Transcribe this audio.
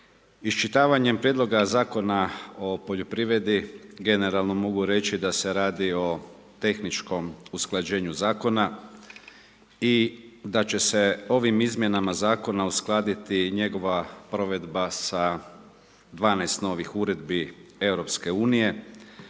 Iščitavanjem Prijedloga Zakona o poljoprivredi, generalno mogu reći da se radi o tehničkom usklađenju zakona i da će se ovim Izmjenama zakona uskladiti njegova provedba sa 12 novih uredbi EU-a